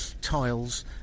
tiles